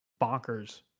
bonkers